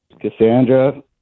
Cassandra